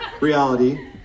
Reality